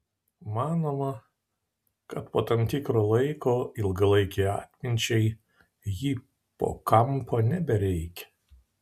manoma kad po tam tikro laiko ilgalaikei atminčiai hipokampo nebereikia